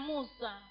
Musa